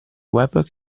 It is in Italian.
web